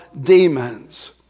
demons